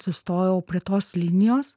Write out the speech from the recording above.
sustojau prie tos linijos